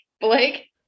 Blake